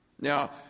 Now